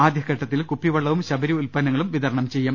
ആദ്യഘട്ടത്തിൽ കുപ്പിവെള്ളവും ശബരി ഉത്പന്നങ്ങളും വിതരണം ചെയ്യും